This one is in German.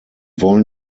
wollen